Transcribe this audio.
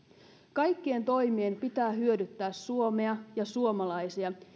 kaikkien toimien pitää hyödyttää suomea ja suomalaisia